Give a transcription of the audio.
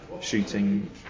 shooting